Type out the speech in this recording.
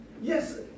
Yes